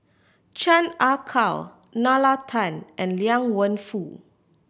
Chan Ah Kow Nalla Tan and Liang Wenfu